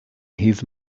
his